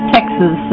Texas